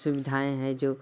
सुविधाएँ है जो